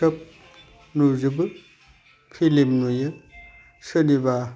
सोब नुजोबो फिलिम नुयो सोलिबा